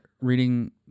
reading